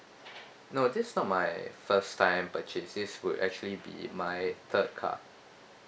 no this is not my first time purchase this would actually be my third car